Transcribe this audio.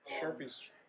Sharpie's